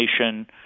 nation